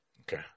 Okay